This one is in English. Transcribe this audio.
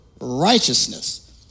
righteousness